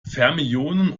fermionen